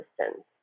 resistance